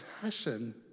passion